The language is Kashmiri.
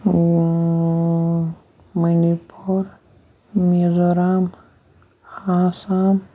مٔنی پوٗر میٖزورَم آسام